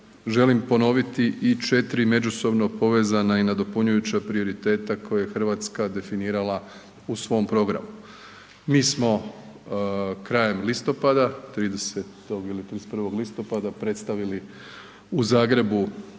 želim ponoviti i 4 međusobno povezana i nadopunjujuća prioriteta koje je RH definirala u svom programu. Mi smo krajem listopada, 30. ili 31. listopada predstavili u Zagrebu